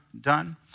done